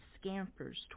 scampers